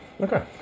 Okay